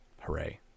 Hooray